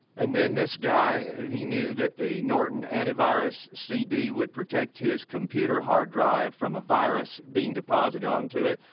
and then this guy, he knew that the norton antivirus cd would protect his computer hard drive from a virus being deposited onto it,